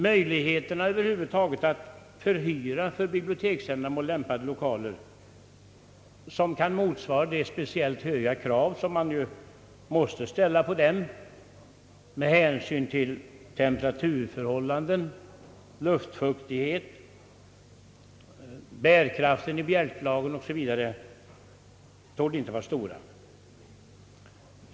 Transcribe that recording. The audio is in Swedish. Möjligheterna över huvud taget att förhyra för biblioteksändamål lämpade lokaler, vilka kan motsvara de speciellt höga krav som man ju måste ställa på dem — med hänsyn till temperaturförhållanden, luftfuktighet, bärkraften i bjälklagen, o. s. v. — torde inte vara stora.